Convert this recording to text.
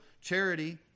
charity